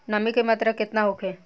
नमी के मात्रा केतना होखे?